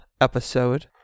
episode